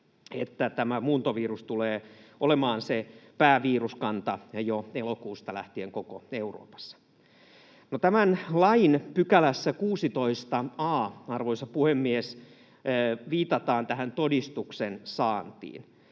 että tämä muuntovirus tulee olemaan se pääviruskanta jo elokuusta lähtien koko Euroopassa. No, tämän lain 16 a §:ssä, arvoisa puhemies, viitataan tähän todistuksen saantiin.